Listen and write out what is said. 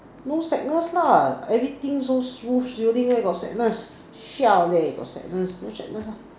no sadness lah everything so smooth sailing where got sadness siao leh got sadness no sadness lah